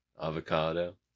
Avocado